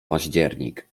październik